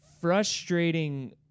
frustrating